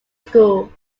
school